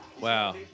Wow